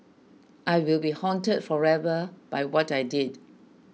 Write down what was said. I will be haunted forever by what I did